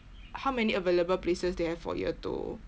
how many available places they have for year two